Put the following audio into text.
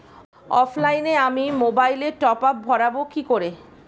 অফলাইনে আমি মোবাইলে টপআপ ভরাবো কি করে?